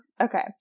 okay